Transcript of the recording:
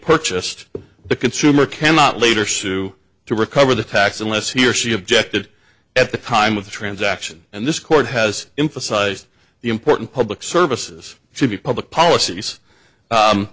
purchased the consumer cannot later shoe to recover the tax unless he or she objected at the time of the transaction and this court has emphasized the important public services should be public policies